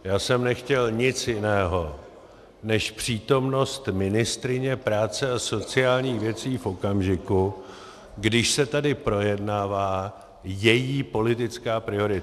Já jsem nechtěl nic jiného než přítomnost ministryně práce a sociálních věcí v okamžiku, když se tady projednává její politická priorita.